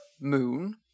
moon